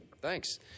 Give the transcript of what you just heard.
Thanks